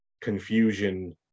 confusion